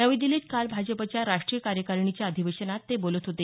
नवी दिल्लीत काल भाजपच्या राष्ट्रीय कार्यकारिणीच्या अधिवेशनात ते बोलत होते